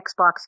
Xbox